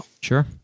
Sure